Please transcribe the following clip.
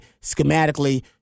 schematically